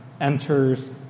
enters